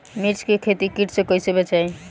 मिर्च के खेती कीट से कइसे बचाई?